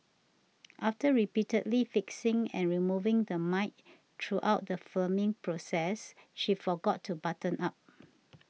after repeatedly fixing and removing the mic throughout the filming process she forgot to button up